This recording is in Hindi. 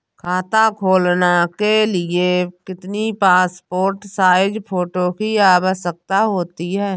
खाता खोलना के लिए कितनी पासपोर्ट साइज फोटो की आवश्यकता होती है?